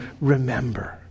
remember